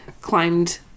climbed